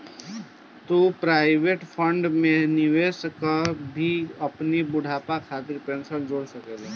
तू provident fund में निवेश कअ के भी अपनी बुढ़ापा खातिर पेंशन जोड़ सकेला